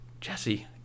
Jesse